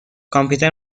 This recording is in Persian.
کامپیوتر